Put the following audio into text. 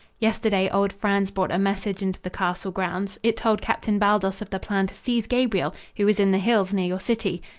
yesterday old franz brought a message into the castle grounds. it told captain baldos of the plan to seize gabriel, who was in the hills near your city.